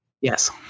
Yes